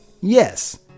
yes